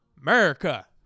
America